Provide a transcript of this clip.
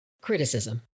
Criticism